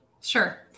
Sure